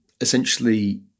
essentially